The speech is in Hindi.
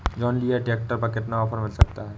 जॉन डीरे ट्रैक्टर पर कितना ऑफर मिल सकता है?